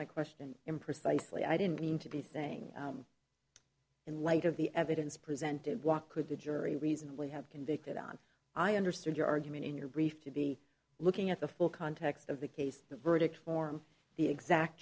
my question imprecisely i didn't mean to be saying in light of the evidence presented walk with the jury reason we have convicted on i understood your argument in your brief to be looking at the full context of the case the verdict form the exact